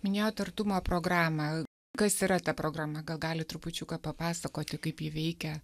minėjot artumo programą kas yra ta programa gal galit trupučiuką papasakoti kaip ji veikia